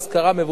מבוצע,